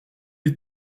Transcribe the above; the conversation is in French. les